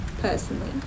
personally